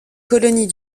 colonies